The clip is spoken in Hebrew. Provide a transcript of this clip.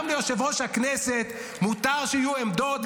גם ליושב-ראש הכנסת מותר שיהיו עמדות,